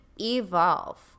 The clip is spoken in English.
evolve